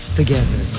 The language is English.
together